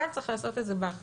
אבל צריך לעשות את זה באחריות.